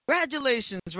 congratulations